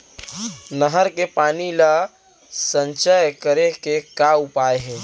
नहर के पानी ला संचय करे के का उपाय हे?